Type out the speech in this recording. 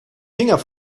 finger